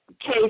case